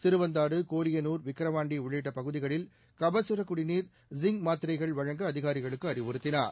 சிறுவந்தாடு கோலியனூர் விக்கிரவாண்டி உள்ளிட்ட பகுதிகளில் கபசுரக்குடிநீர் ஜிங்க் மாத்திரைகள் வழங்க அதிகாரிகளுக்கு அறிவுறுத்தினார்